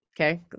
Okay